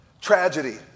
tragedy